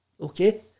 Okay